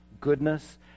goodness